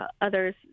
others